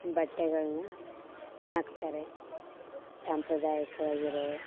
ಬಟ್ಟೆಗಳನ್ನ ಹಾಕ್ತಾರೆ ಸಾಂಪ್ರದಾಯಿಕವಾಗಿರೋ